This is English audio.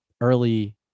early